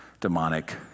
demonic